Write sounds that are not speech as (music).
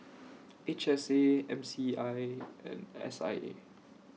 H S A M C I (noise) and S I A